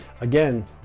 Again